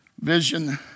vision